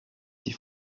die